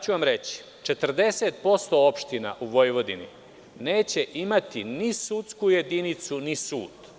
ću vam – 40% opština u Vojvodini, neće imati ni sudsku jedinicu ni sud?